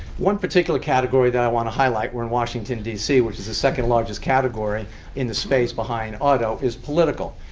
one particular category that i want to highlight we're in washington, d c, which is the second largest category in the space behind auto, is political.